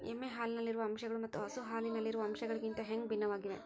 ಎಮ್ಮೆ ಹಾಲಿನಲ್ಲಿರುವ ಅಂಶಗಳು ಮತ್ತ ಹಸು ಹಾಲಿನಲ್ಲಿರುವ ಅಂಶಗಳಿಗಿಂತ ಹ್ಯಾಂಗ ಭಿನ್ನವಾಗಿವೆ?